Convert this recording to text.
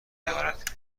میآورد